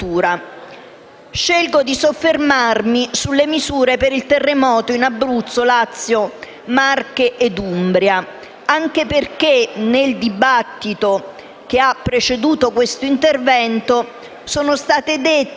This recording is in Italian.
Scelgo di soffermarmi sulle misure per il terremoto in Abruzzo, Lazio, Marche e Umbria, anche perché nel dibattito che ha preceduto questo intervento sono state fatte